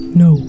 no